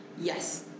Yes